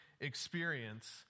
experience